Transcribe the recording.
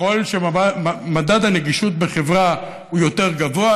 ככל שמדד הנגישות בחברה יותר גבוה,